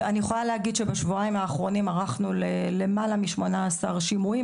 אני יכולה להגיד שבשבועיים האחרונים ערכנו ללמעלה משמונה עשר שימועים